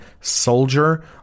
soldier